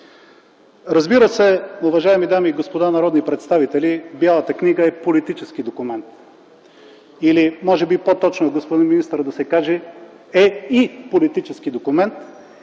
Разбира се, уважаеми дами и господа народни представители, Бялата книга е политически документ. Или може би, господин министър, по-точно е да се каже „е и политически документ”.